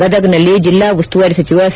ಗದಗ್ನಲ್ಲಿ ಜಿಲ್ಲಾ ಉಸ್ತುವಾರಿ ಸಚಿವ ಸಿ